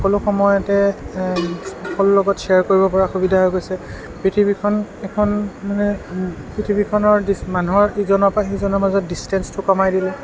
সকলো সময়তে সকলোৰে লগত শ্বেয়াৰ কৰিব পৰা সুবিধা হৈ গৈছে পৃথিৱীখন এখন মানে পৃথিৱীখনৰ মানুহৰ ইজনৰ পৰা সিজনৰ মাজত ডিচটেঞ্চটো কমাই দিলে